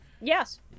Yes